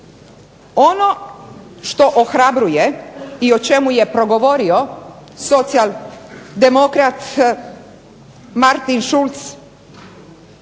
Ono što ohrabruje i o čemu je progovorio socijaldemokrat Martin Schultz